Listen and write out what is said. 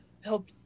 help